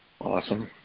awesome